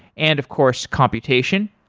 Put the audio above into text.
and of course, computation.